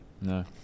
No